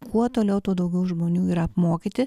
kuo toliau tuo daugiau žmonių yra apmokyti